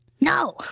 No